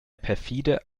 perfide